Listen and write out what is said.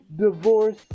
divorce